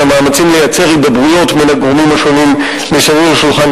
אלא מאמצים לייצר הידברויות בין הגורמים השונים מסביב לשולחן,